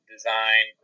design